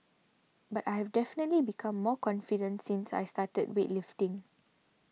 but I have definitely become more confident since I started weightlifting